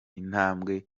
intambwe